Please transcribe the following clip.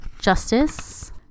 Justice